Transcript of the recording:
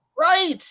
right